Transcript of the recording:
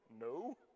no